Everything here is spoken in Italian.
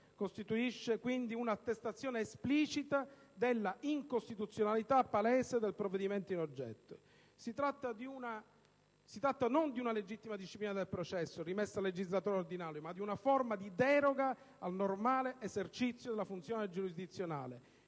costituisce, quindi, un'attestazione esplicita della incostituzionalità palese del provvedimento in oggetto. Si tratta non di una legittima disciplina del processo rimessa al legislatore ordinario, ma di una forma di deroga al normale esercizio della funzione giurisdizionale,